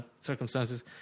circumstances